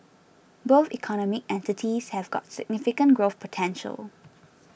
both economic entities have got significant growth potential